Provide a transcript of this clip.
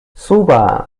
suba